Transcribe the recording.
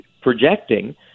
projecting